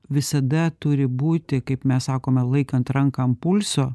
visada turi būti kaip mes sakome laikant ranką ant pulso